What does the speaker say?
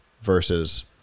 versus